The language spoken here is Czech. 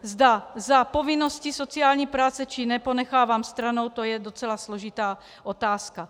Zda za povinnosti sociální práce, či ne ponechávám stranou, to je docela složitá otázka.